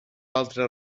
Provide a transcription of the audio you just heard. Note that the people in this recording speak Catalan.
altre